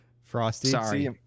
Frosty